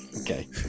okay